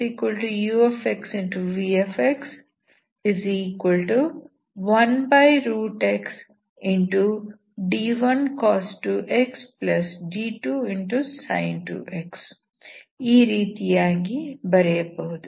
vx1xd1cos 2x d2sin 2x ಈ ರೀತಿಯಾಗಿ ಬರೆಯಬಹುದು